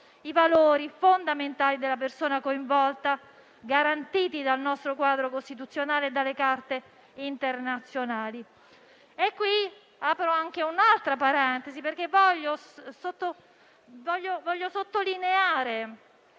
i valori fondamentali della persona coinvolta, garantiti dal nostro quadro costituzionale e dalle carte internazionali. In proposito, apro un'altra parentesi. Voglio sottolineare